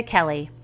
Kelly